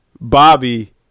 Bobby